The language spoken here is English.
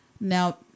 now